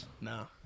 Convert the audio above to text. No